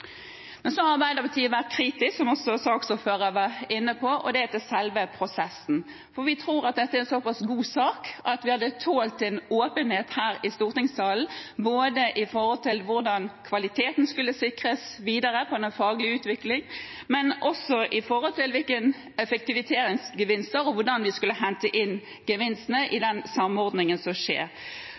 Men så har Arbeiderpartiet vært kritisk, som også saksordføreren var inne på, til selve prosessen. Vi tror at dette er en så pass god sak at vi hadde tålt en åpenhet her i stortingssalen om hvordan kvaliteten skulle sikres videre på den faglige utviklingen, men også med tanke på effektiviseringsgevinster og hvordan vi skulle hente inn gevinstene i den samordningen som skjer.